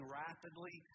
rapidly